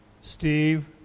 Steve